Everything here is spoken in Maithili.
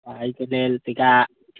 एहिके लेल तनिका